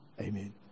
Amen